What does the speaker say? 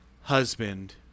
husband